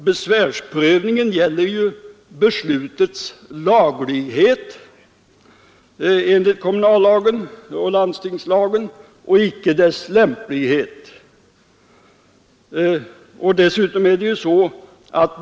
Besvärsprövningen gäller ju beslutets laglighet enligt kommunallagen och landstingslagen och icke dess lämplighet.